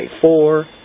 four